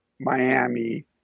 Miami